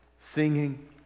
singing